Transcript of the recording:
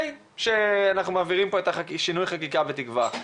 שאנחנו מעבירים בתקווה את שינוי החקיקה.